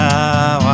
Now